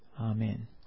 Amen